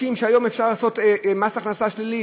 סיפורים ששוברים את הלב.